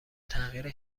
تغییر